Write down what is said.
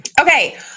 Okay